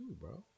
bro